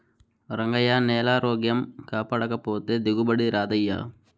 రంగయ్యా, నేలారోగ్యం కాపాడకపోతే దిగుబడి రాదయ్యా